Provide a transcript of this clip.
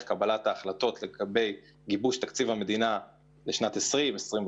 קבלת ההחלטות בגיבוש התקציב הקרוב אני מניח